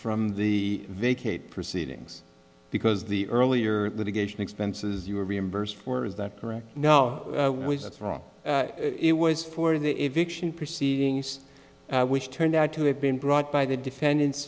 from the vacate proceedings because the earlier litigation expenses you were reimbursed for is that correct now that's wrong it was for the eviction proceedings which turned out to have been brought by the defendant